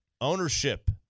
Ownership